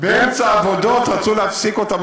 באמצע העבודות רצו להפסיק אותן,